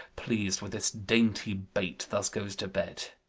pleas'd with this dainty bait, thus goes to bed.